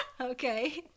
okay